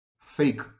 Fake